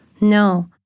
No